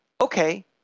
okay